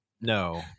No